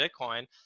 Bitcoin